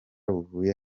buvuye